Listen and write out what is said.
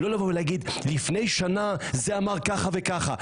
לא לומר לפני שנה זה אמר ככה וככה.